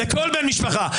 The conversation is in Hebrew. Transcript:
לכל בן משפחה.